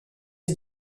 est